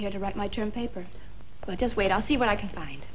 here to write my term paper so just wait i'll see what i can find